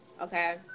okay